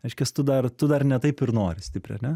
reiškias tu dar tu dar ne taip ir nori stipriai ar ne